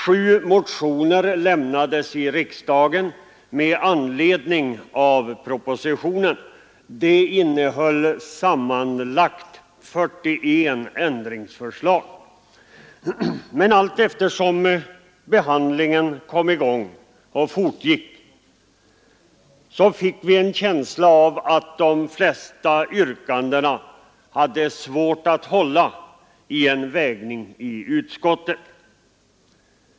Sju motioner väcktes i riksdagen med anledning av propositionen, och de innehöll sammanlagt 41 ändringsförslag. Men allteftersom behandlingen kom i gång och fortskred fick vi en känsla av att de flesta yrkandena hade svårt att hålla vid en vägning i utskottet.